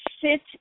sit